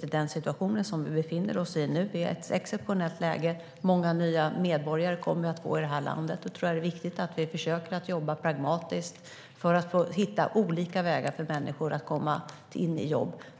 den situation vi nu befinner oss i, med ett exceptionellt läge där vårt land kommer att få många nya medborgare, är det precis som Helena Bouveng säger viktigt att vi försöker jobba pragmatiskt för att hitta olika vägar så att människor kan komma i jobb.